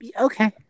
Okay